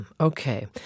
Okay